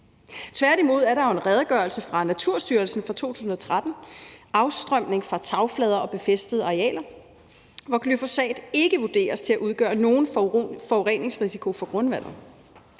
Tværtimod er der jo en redegørelse fra Naturstyrelsen fra 2013, »Afstrømning fra tagflader og befæstede arealer«, hvor glyfosat ikke vurderes at udgøre nogen forureningsrisiko for grundvandet.